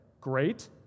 great